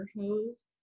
hose